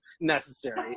necessary